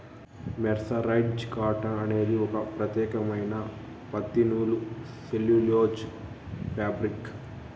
mercerised cotton అనేది ఒక ప్రత్యేకమైన పత్తి నూలు సెల్యులోజ్ ఫాబ్రిక్